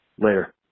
Later